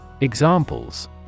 Examples